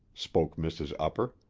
spoke mrs. upper.